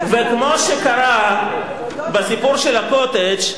כמו שקרה בסיפור של ה"קוטג'",